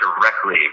directly